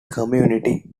community